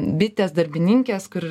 bitės darbininkės kur